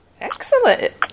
Excellent